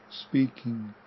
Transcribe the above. speaking